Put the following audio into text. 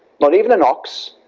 but even an ox,